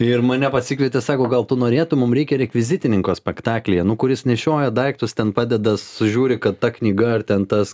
ir mane pasikvietė sako gal tu norėtum mum reikia rekvizitininko spektaklyje nu kuris nešioja daiktus ten padeda sužiūri kad ta knyga ar ten tas